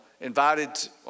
invited